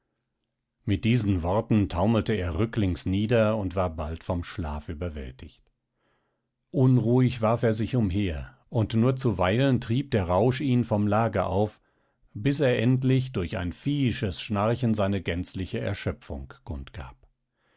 mit diesen worten taumelte er rücklings nieder und war bald vom schlaf überwältigt unruhig warf er sich umher und nur zuweilen trieb der rausch ihn vom lager auf bis er endlich durch ein viehisches schnarchen seine gänzliche erschöpfung kund